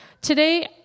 today